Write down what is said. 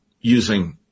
using